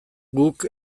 guk